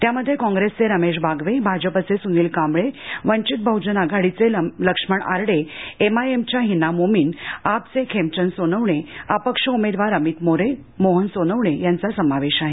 त्यामध्ये काँग्रेसचे रमेश बागवे भाजपचे सुनील कांवळे वंचित बहजन आघाडीचे लक्ष्मण आरडे एमआयएमच्या हीना मोमीन आपचे खेमचंद सोनवणे अपक्ष उमेदवार अमित मोरे मोहन सोनवणे यांचा समावेश आहे